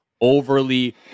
overly